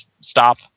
stop